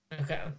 Okay